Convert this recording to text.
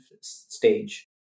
stage